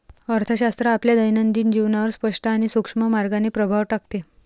अर्थशास्त्र आपल्या दैनंदिन जीवनावर स्पष्ट आणि सूक्ष्म मार्गाने प्रभाव टाकते